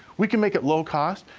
we can make it low cost,